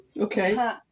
Okay